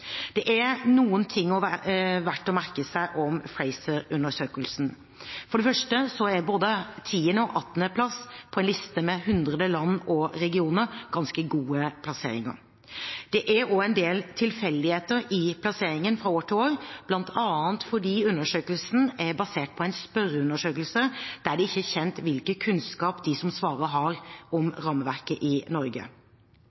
Det er noen ting det er verdt å merke seg om Fraser-undersøkelsen. For det første er både 10. plass og 18. plass på en liste med 100 land og regioner ganske gode plasseringer. Det er også en del tilfeldigheter i plasseringen fra år til år, bl.a. fordi undersøkelsen er basert på en spørreundersøkelse der det ikke er kjent hvilken kunnskap de som svarer, har om rammeverket i Norge.